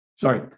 Sorry